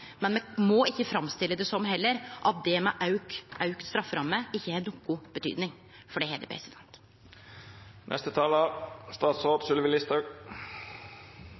Men me må heller ikkje framstille det som at det med auka strafferamme ikkje har noko betyding – for